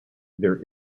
there